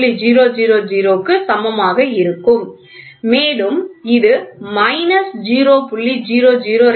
000 க்கு சமமாக இருக்கும் மேலும் இது மைனஸ் 0